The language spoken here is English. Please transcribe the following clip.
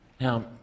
Now